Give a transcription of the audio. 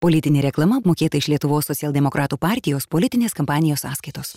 politinė reklama apmokėta iš lietuvos socialdemokratų partijos politinės kampanijos sąskaitos